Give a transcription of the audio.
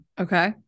okay